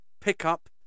pickup